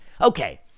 Okay